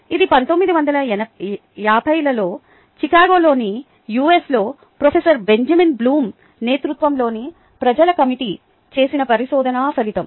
ఇది 1950 లలో చికాగోలోని యుఎస్లో ప్రొఫెసర్ బెంజమిన్ బ్లూమ్ నేతృత్వంలోని ప్రజల కమిటీ చేసిన పరిశోదన ఫలితం